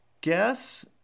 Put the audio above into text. guess